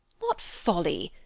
what folly!